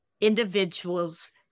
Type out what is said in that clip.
individuals